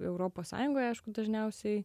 europos sąjungoj aišku dažniausiai